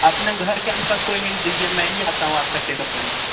अपने घर के आसपास कोई हिंट दीजिए मैं ही आता हूँ आपका चेकअप करने